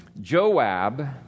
Joab